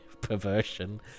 perversion